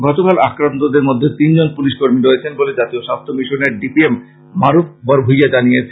গতকাল আক্রন্তদের মধ্যে তিন জন পুলিশ কর্মী রয়েছেন বলে জাতীয় স্বাস্থ্য মিশনের D P M Maruf Barbhuiya জানিয়েছেন